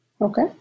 Okay